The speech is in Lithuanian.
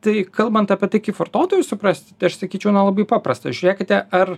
tai kalbant apie tai kaip vartotojui suprasti tai aš sakyčiau na labai paprasta žiūrėkite ar